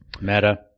Meta